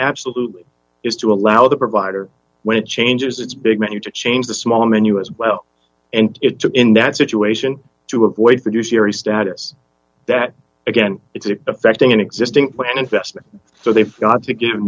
absolutely is to allow the provider when it changes its big menu to change the small menu as well and it took in that situation to avoid the new series status that again it's affecting an existing one investment so they've got to give